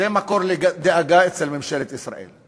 זה מקור לדאגה אצל ממשלת ישראל.